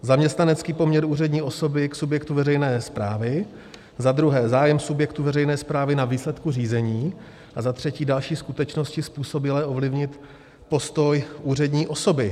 Zaměstnanecký poměr úřední osoby k subjektu veřejné správy, za druhé zájem subjektu veřejné správy na výsledku řízení a za třetí další skutečnosti způsobilé ovlivnit postoj úřední osoby.